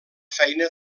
feina